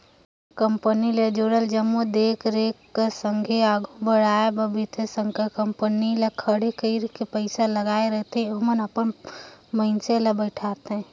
company ले जुड़ल जम्मो देख रेख कर संघे आघु बढ़ाए बर बित्तीय संस्था कंपनी ल खड़े करे पइसा लगाए रहिथे ओमन अपन मइनसे ल बइठारथे